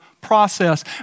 process